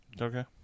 Okay